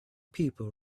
people